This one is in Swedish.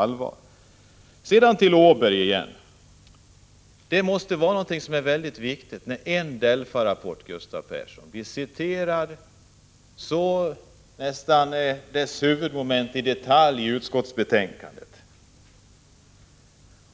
Jag återkommer sedan till Yngve Åbergs DELFA-rapport. Den måste anses vara mycket viktig, eftersom dess huvudmoment citeras nästan helt och hållet i betänkandet.